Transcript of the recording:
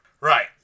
right